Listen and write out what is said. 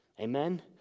Amen